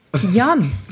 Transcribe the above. Yum